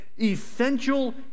essential